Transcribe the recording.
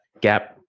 gap